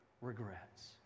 regrets